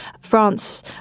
France